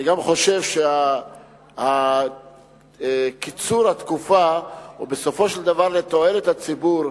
אני גם חושב שקיצור התקופה הוא בסופו של דבר לתועלת הציבור.